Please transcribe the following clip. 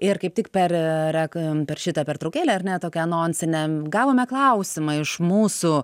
ir kaip tik per rek per šitą pertraukėlę ar ne tokią anonsinę gavome klausimą iš mūsų